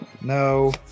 No